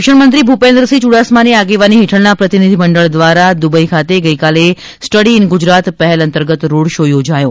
શિક્ષણ મંત્રી ભૂપેન્દ્રસિંહ યૂડાસમાની આગેવાની હેઠળના પ્રતિનિધિમંડળ દ્વારા દુબઇ ખાતે ગઇકાલે સ્ટડી ઇન ગુજરાત પહેલ અંતર્ગત રોડ શૉ યોજાયો